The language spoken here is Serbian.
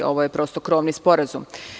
Ovo je prosto krovni sporazum.